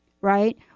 right